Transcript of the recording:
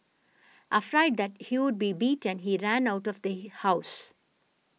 afraid that he would be beaten he ran out of the house